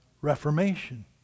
Reformation